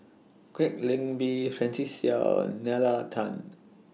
Kwek Leng Beng Francis Seow and Nalla Tan